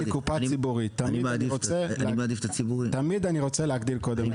אני קופה ציבורית ותמיד אני רוצה להגדיל קודם את הסל.